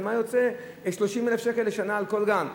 על מה יוצאים 30,000 שקל לשנה בכל גן.